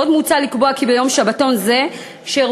עוד מוצע לקבוע כי ביום שבתון זה שירותים